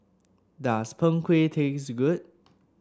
does Png Kueh taste good